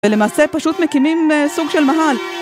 ולמעשה פשוט מקימים סוג של מאהל